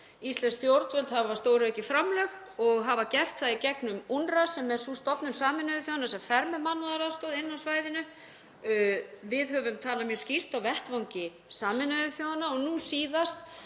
Íslensk stjórnvöld hafa stóraukið framlög og hafa gert það í gegnum UNRWA, sem er sú stofnun Sameinuðu þjóðanna sem fer með mannúðaraðstoð inni á svæðinu. Við höfum talað mjög skýrt á vettvangi Sameinuðu þjóðanna og nú síðast